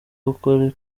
gukora